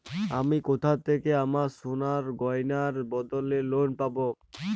আমি কোথা থেকে আমার সোনার গয়নার বদলে লোন পাবো?